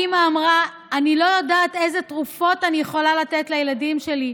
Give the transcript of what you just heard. האימא אמרה: אני לא יודעת איזה תרופות אני יכולה לתת לילדים שלי,